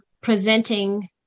presenting